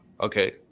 okay